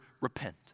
repent